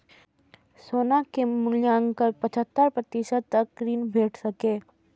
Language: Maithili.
सोना के मूल्यक पचहत्तर प्रतिशत तक ऋण भेट सकैए